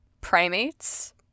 primates